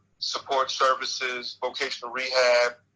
support services, vocational rehab.